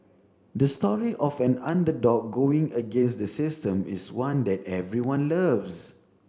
the story of an underdog going against the system is one that everyone loves